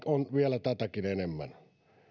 on vielä tätäkin enemmän